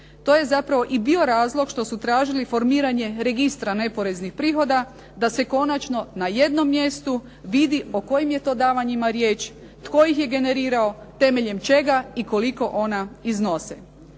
To je zapravo i bio razlog što su tražili formiranje registra neporeznih prihoda da se konačno na jednom mjestu vidi o kojim je to davanjima riječ, tko ih je generirao, temeljem čega i koliko ona iznose.